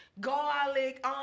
garlic